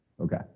Okay